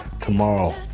tomorrow